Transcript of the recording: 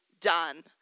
done